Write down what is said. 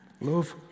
Love